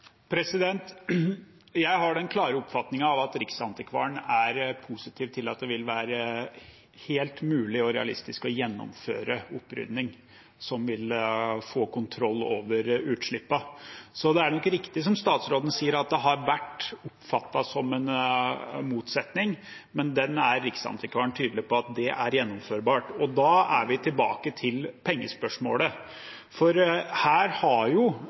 vil være helt mulig og realistisk å gjennomføre opprydding som vil få kontroll over utslippene. Det er nok riktig som statsråden sier, at det har vært oppfattet som en motsetning, men Riksantikvaren er tydelig på at det er gjennomførbart. Da er vi tilbake til pengespørsmålet, for her har